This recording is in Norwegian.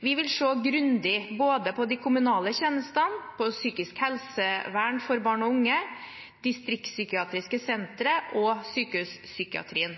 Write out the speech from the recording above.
Vi vil se grundig både på de kommunale tjenestene, på psykisk helsevern for barn og unge og på distriktspsykiatriske sentre og sykehuspsykiatrien.